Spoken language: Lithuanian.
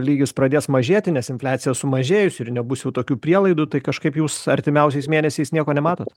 lygis pradės mažėti nes infliacija sumažėjus ir nebus tokių prielaidų tai kažkaip jūs artimiausiais mėnesiais nieko nematot